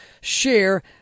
share